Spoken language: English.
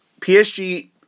PSG